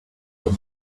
the